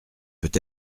peut